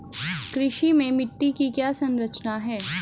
कृषि में मिट्टी की संरचना क्या है?